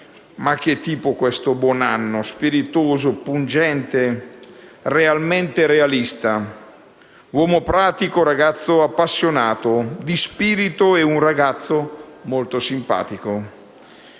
ma che tipo questo Buonanno! Spiritoso, pungente, realmente realista. Uomo pratico, ragazzo appassionato, di spirito e molto simpatico;